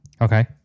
Okay